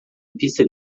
pista